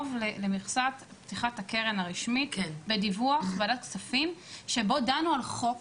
למכסת פתיחת הקרן הרשמית בדיווח ועדת כספים שבה דנו על חוק